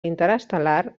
interestel·lar